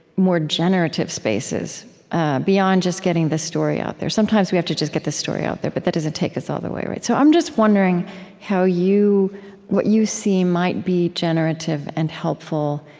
more generative spaces beyond just getting the story out there. sometimes we have to just get the story out there, but that doesn't take us all the way so i'm just wondering how you what you see might be generative and helpful,